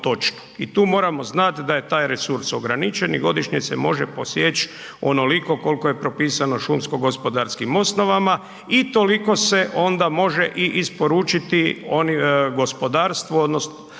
I tu moramo znat da je taj resurs ograničen i godišnje se može posjeć onoliko koliko je propisano šumsko-gospodarskim osnovama i toliko se onda može i isporučiti gospodarstvu odnosno